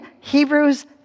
Hebrews